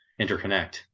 interconnect